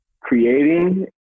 creating